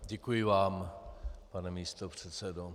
Děkuji vám, pane místopředsedo.